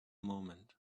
moment